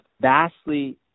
vastly